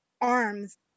arms